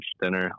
dinner